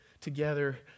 together